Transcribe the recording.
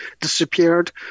disappeared